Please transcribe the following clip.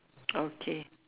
okay